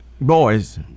boys